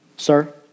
Sir